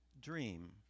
dream